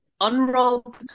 unrolled